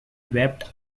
wept